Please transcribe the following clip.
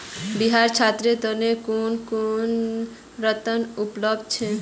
बिहारत छात्रेर तने कुन कुन ऋण उपलब्ध छे